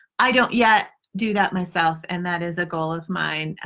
i don't yet do that myself and that is a goal of mine. ah